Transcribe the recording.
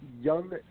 young